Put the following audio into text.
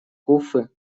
куффы